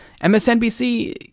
MSNBC